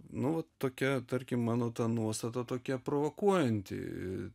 nu tokia tarkim mano ta nuostata tokia provokuojanti